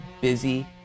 busy